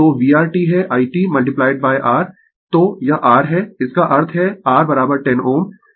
तो VR t है i t R तो यह r है इसका अर्थ है R 10 Ω